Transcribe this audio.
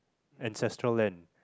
ancestral land